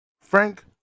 Frank